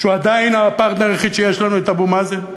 שהוא עדיין הפרטנר היחיד שיש לנו, את אבו מאזן,